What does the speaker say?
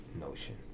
notion